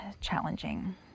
challenging